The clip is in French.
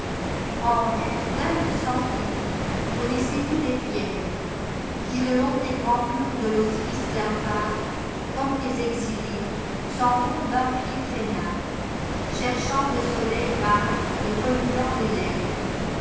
ange plein de santé connaissez-vous les fièvres qui le long des grands murs de l'hospice blafardcomme des exilés s'en vont d'un pied traînard cherchant le soleil rare et remuant les lèvres